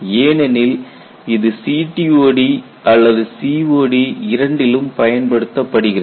ஏனெனில் இது CTOD அல்லது COD இரண்டிலும் பயன்படுத்தப்படுகிறது